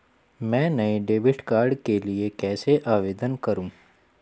मैं नए debit card के लिए कैसे आवेदन करूं?